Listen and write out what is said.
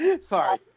Sorry